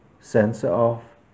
sensor-off